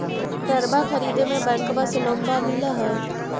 ट्रैक्टरबा खरीदे मे बैंकबा से लोंबा मिल है?